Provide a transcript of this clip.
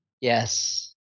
Yes